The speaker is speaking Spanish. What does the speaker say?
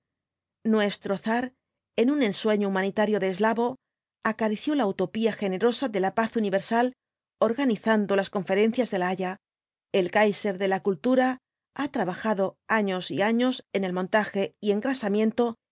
nuestro zar en un ensueño humanitario de eslavo acarició la utopía generosa de la paz universal organizando las conferencias de la haya el kaiser de la cultura ha trabajado años y años en el montaje y engrasamiento